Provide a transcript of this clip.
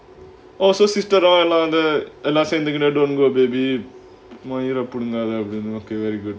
oh so sister இல்ல அந்த எல்லா சீனத்துகுனு:illa antha ella seanathugunu don't go baby மயிா புடுங்காத அப்பிடின்னு:mayira pudungathaa apidinnu okay very good